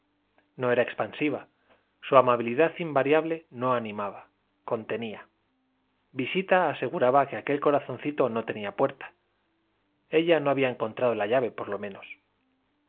no era expansiva su amabilidad invariable no animaba contenía visita aseguraba que aquel corazoncito no tenía puerta ella no había encontrado la llave por lo menos